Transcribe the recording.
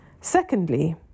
Secondly